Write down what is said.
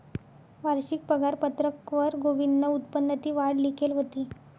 वारशिक पगारपत्रकवर गोविंदनं उत्पन्ननी वाढ लिखेल व्हती